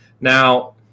Now